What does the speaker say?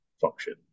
function